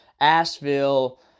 Asheville